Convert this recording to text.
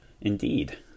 indeed